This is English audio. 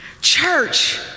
Church